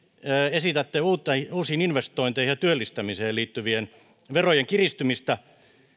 esitätte uusiin investointeihin ja työllistämiseen liittyvien verojen kiristämistä